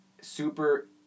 super